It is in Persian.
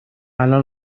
الان